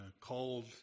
called